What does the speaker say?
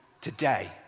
today